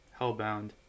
Hellbound